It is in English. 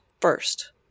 first